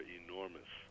enormous